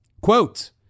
Quote